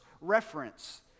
reference